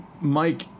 Mike